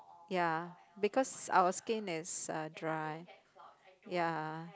ya because our skin is uh dry ya